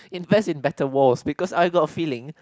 invest in better wall because I got feeling